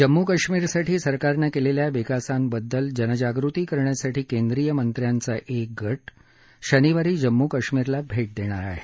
जम्मू काश्मीरसाठी सरकारनं केलेल्या विकासांबददल जनजागृती करण्यासाठी कैंद्रीय मंत्र्यांचा एक गट शनिवारी जम्मू काश्मीरला भैट देणार आहे